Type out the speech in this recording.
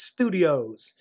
Studios